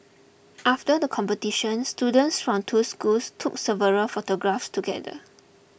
after the competition students from two schools took several photographs together